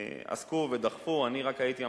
עסקו ודחפו, אני רק הייתי ממש,